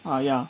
ah ya